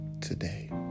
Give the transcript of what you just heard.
today